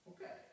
Okay